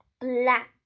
black